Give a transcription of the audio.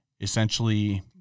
essentially